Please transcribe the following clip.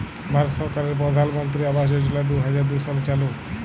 ভারত সরকারের পরধালমলত্রি আবাস যজলা দু হাজার দু সালে চালু